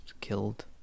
killed